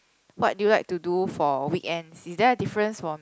what do you like to do for weekends is there a difference from